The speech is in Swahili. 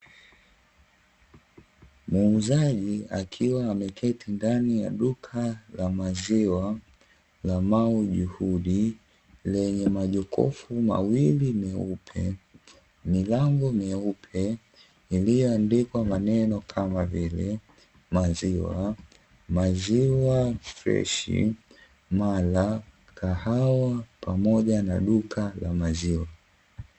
Muuzaji akiwa ameketi ndani ya duka la maziwa la mau juhudi lenye majokufu mawili meupe, milango meupe, iliyoandikwa maneno kama vile maziwa, maziwa freshi, mala, kahawa pamoja na duka la maziwa.